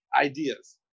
ideas